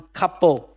couple